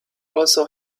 also